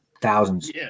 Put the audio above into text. thousands